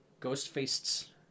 Ghostface's